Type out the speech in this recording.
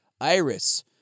iris